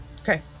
Okay